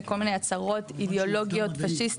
לכל מיני הצהרות אידיאולוגיות-פשיסטיות,